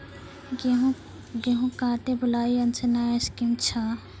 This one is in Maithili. गेहूँ काटे बुलाई यंत्र से नया स्कीम छ?